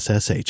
SSH